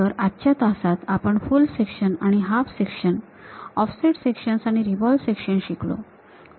तर आजच्या तासात आपण full sections half section offset sections आणि रिव्हॉल्व्ह सेक्शन्स शिकलो